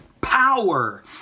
power